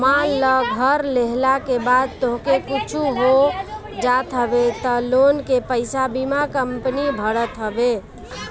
मान लअ घर लेहला के बाद तोहके कुछु हो जात हवे तअ लोन के पईसा बीमा कंपनी भरत हवे